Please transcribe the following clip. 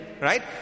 right